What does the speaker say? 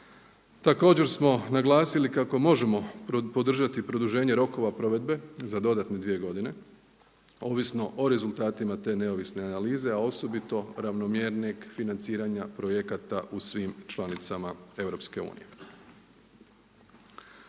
Također smo naglasili kako možemo podržati produženje rokova provedbe za dodatne dvije godine ovisno o rezultatima te neovisne analize a osobito ravnomjernijeg financiranja projekata u svim članicama EU.